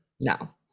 no